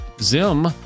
Zim